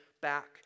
back